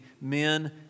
men